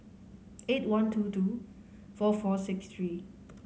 eight one two two four four six three